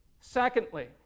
Secondly